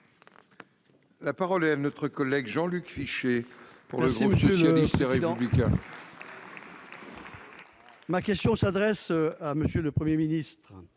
La parole est à M. Jean-Luc Fichet, pour le groupe socialiste et républicain.